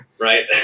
right